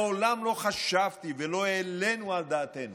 מעולם לא חשבתי, לא העלינו על דעתנו